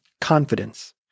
Confidence